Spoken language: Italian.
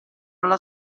alla